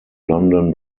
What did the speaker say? london